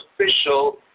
official